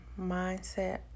mindset